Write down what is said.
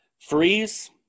Freeze